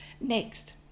Next